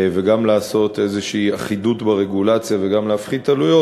וגם לעשות איזו אחידות ברגולציה וגם להפחית עלויות.